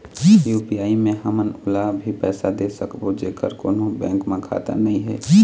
UPI मे हमन ओला भी पैसा दे सकबो जेकर कोन्हो बैंक म खाता नई हे?